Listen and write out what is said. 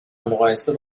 مقایسه